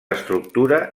estructura